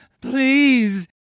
Please